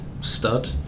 stud